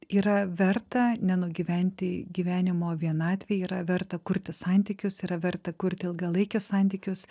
yra verta nenugyventi gyvenimo vienatvėj yra verta kurti santykius yra verta kurti ilgalaikius santykius